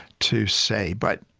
to say, but